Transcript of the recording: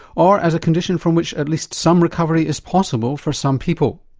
or as a condition from which at least some recovery is possible for some people.